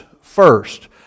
first